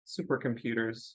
supercomputers